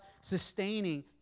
sustaining